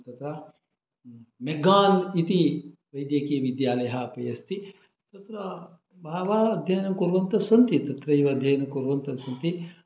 तत्र मेग्गान् इती वैद्यकीयविद्यालयः अपि अस्ति तत्र बहवः अद्ययनं कुर्वन्तस्सन्ति तत्रैव अद्ययनं कुर्वन्तस्सन्ति